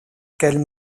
qu’elle